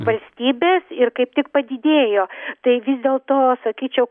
valstybes ir kaip tik padidėjo tai vis dėl to sakyčiau